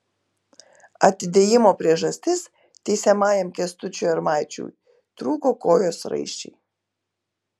atidėjimo priežastis teisiamajam kęstučiui armaičiui trūko kojos raiščiai